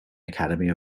academy